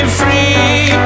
free